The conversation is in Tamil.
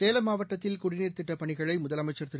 சேலம் மாவட்டத்தில் குடிநீர் திட்டப் பணிகளை முதலமைச்சர் திரு